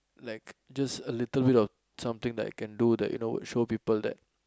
like just a little bit of something that I can do that you know would show people that